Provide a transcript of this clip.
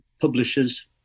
publishers